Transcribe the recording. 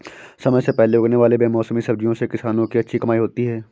समय से पहले उगने वाले बेमौसमी सब्जियों से किसानों की अच्छी कमाई होती है